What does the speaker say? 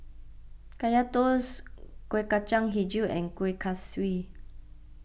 Kaya Toast Kueh Kacang HiJau and Kuih Kaswi